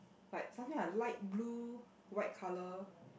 like something like light blue white colour